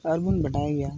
ᱟᱨ ᱵᱚᱱ ᱵᱟᱰᱟᱭ ᱜᱮᱭᱟ